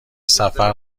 سفر